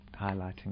highlighting